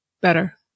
better